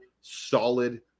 solid